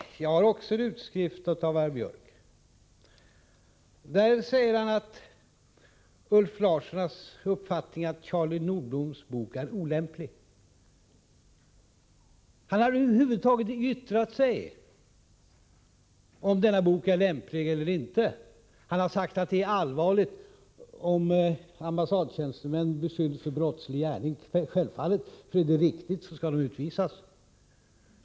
Herr talman! Jag har också en utskrift av herr Björcks uttalande i radio. Där säger han att Ulf Larsson har uppfattningen att Charlie Nordbloms bok är olämplig. Ulf Larsson har över huvud taget inte yttrat sig om huruvida boken är lämplig eller inte. Han har sagt att det är allvarligt om ambassadtjänstemän beskylls för en brottslig gärning. Självfallet är det så, för om beskyllningen är riktig skall ambassadtjänstemännen utvisas.